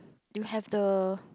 you have the